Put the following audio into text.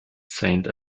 saint